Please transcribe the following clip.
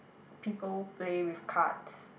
people play with cards